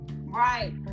Right